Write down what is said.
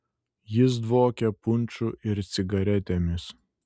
jis dvokė punšu ir cigaretėmis